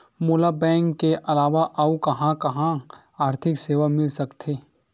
मोला बैंक के अलावा आऊ कहां कहा आर्थिक सेवा मिल सकथे?